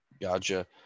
gotcha